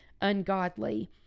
ungodly